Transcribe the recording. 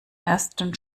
ersten